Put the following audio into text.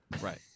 Right